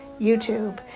YouTube